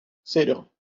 cero